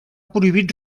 prohibit